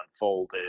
unfolded